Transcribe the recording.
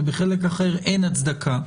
ובחלק אחר אין הצדקה,